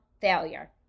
failure